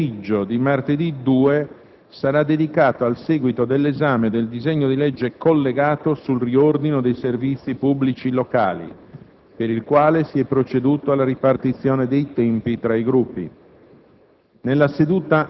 Il pomeriggio di martedì 2 sarà dedicato al seguito dell'esame del disegno di legge collegato sul riordino dei servizi pubblici locali, per il quale si è proceduto alla ripartizione dei tempi tra i Gruppi.